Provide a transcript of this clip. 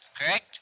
Correct